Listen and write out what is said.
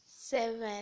Seven